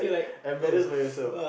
embarrassed by yourself